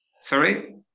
sorry